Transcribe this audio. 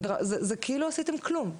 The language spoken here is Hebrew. זה כאילו לא עשיתם כלום.